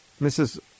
Mrs